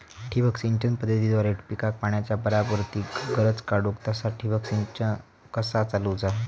ठिबक सिंचन पद्धतीद्वारे पिकाक पाण्याचा बराबर ती गरज काडूक तसा ठिबक संच कसा चालवुचा?